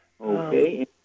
Okay